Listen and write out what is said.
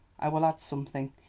i will add something.